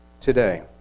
today